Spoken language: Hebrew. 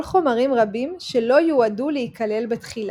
חומרים רבים שלא יועדו להיכלל בתחילה.